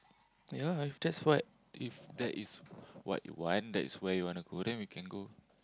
ya if that's what if that is what you want that is where you want to go then we can go